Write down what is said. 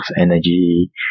energy